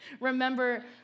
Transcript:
remember